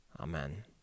Amen